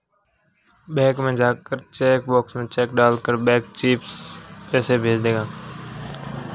bank में जाकर cheque box में चेक डाल कर बैंक चिप्स पैसे भेज देगा